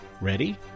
Ready